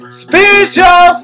spiritual